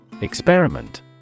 Experiment